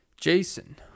Jason